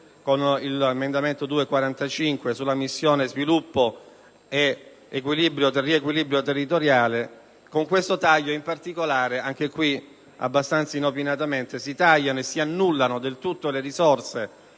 con l'emendamento 2.Tab.2.45 sulla missione «Sviluppo e riequilibro territoriale». Con quella misura, infatti, anche qui abbastanza inopinatamente, si tagliano e si annullano del tutto le risorse